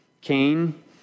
Cain